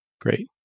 Great